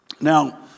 Now